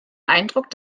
eindruck